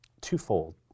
twofold